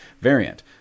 variant